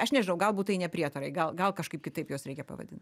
aš nežinau galbūt tai ne prietarai gal gal kažkaip kitaip juos reikia pavadint